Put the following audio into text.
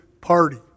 party